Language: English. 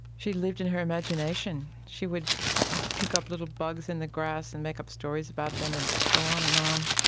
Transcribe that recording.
she lived in her imagination. she would like pick up little bugs in the grass and make up stories about them and go on and on.